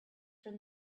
from